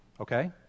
Okay